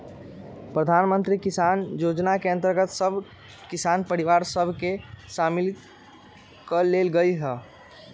प्रधानमंत्री किसान जोजना के अंतर्गत सभ किसान परिवार सभ के सामिल क् लेल गेलइ ह